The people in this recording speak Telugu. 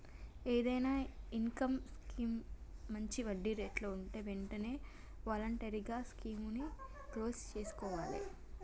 ఏదైనా ఇన్కం స్కీమ్ మంచి వడ్డీరేట్లలో వుంటే వెంటనే వాలంటరీగా స్కీముని క్లోజ్ చేసుకోవాలే